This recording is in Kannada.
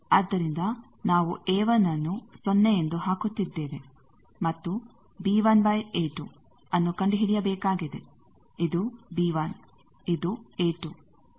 ಆದ್ದರಿಂದ ನಾವು a1 ನ್ನು ಸೊನ್ನೆ ಎಂದು ಹಾಕುತ್ತಿದ್ದೇವೆ ಮತ್ತು b1 a2 ನ್ನು ಕಂಡುಹಿಡಿಯಬೇಕಾಗಿದೆ ಇದು b1 ಇದು a2